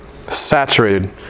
saturated